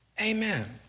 Amen